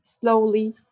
slowly